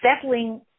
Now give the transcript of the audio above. settling